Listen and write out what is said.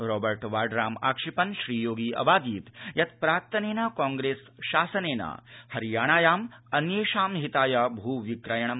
Robert वाड्राम् आक्षिपन् श्री योगी अवादीत् यत् प्राक्तनेन कांप्रेस् शासनेन हरियाणायाम् अन्येषां हिताय भूविक्रयणं कृतम्